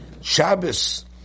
Shabbos